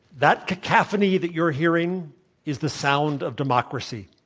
that cacophony that you're hearing is the sound of democracy.